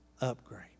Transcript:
upgrade